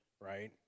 right